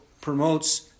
promotes